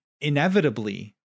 inevitably